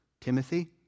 Timothy